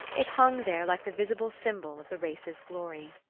it hung there like the visible symbol of the race's glory.